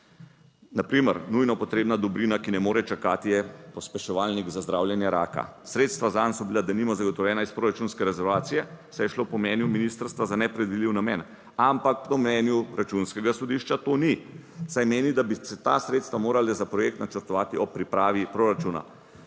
Na primer: nujno potrebna dobrina, ki ne more čakati, je pospeševalnik za zdravljenje raka. Sredstva zanj so bila, denimo zagotovljena iz proračunske rezervacije, saj je šlo po mnenju ministrstva za nepredvidljiv namen, ampak po mnenju Računskega sodišča to ni, saj meni, da bi se ta sredstva morala za projekt načrtovati ob pripravi proračuna